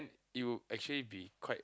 you actually be quite